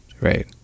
right